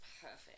perfect